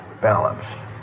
balance